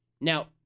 Now